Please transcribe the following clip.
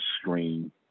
screen